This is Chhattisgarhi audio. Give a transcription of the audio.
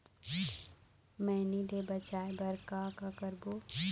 मैनी ले बचाए बर का का करबो?